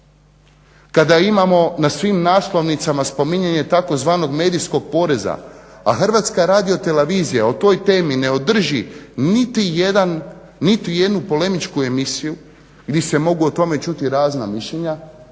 Kada imamo na svim naslovnicama spominjanje tzv. medijskog poreza, a HRT o toj temi ne održi niti jedan niti jednu polemičku emisiju gdje se o tome mogu čuti razna mišljenja